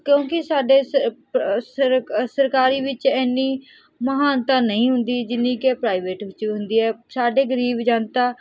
ਕਿਉਂਕਿ ਸਾਡੇ ਸਰਕਾਰੀ ਵਿੱਚ ਇੰਨੀ ਮਹਾਨਤਾ ਨਹੀਂ ਹੁੰਦੀ ਜਿੰਨੀ ਕਿ ਪ੍ਰਾਈਵੇਟ ਵਿੱਚ ਹੁੰਦੀ ਹੈ ਸਾਡੇ ਗਰੀਬ ਜਨਤਾ